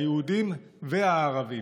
היהודים והערבים.